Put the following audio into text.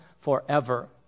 forever